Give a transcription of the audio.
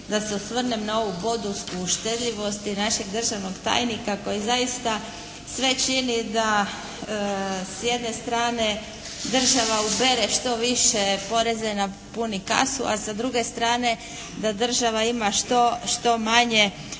da se osvrnem na ovu bodulsku štedljivost i našeg državnog tajnika koji zaista sve čini da s jedne strane država ubere što više poreze, napuni kasu, a sa druge strane da država ima što, što manje